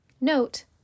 Note